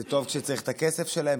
זה טוב כשצריך את הכסף שלהם,